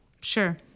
sure